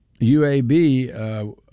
UAB